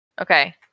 Okay